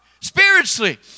spiritually